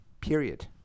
Period